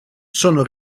sono